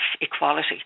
equality